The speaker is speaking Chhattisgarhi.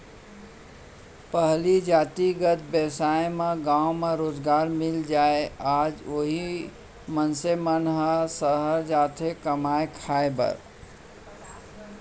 पहिली जातिगत बेवसाय म गाँव म रोजगार मिल जाय आज उही मनसे मन ह सहर जाथे कमाए खाए बर